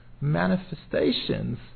manifestations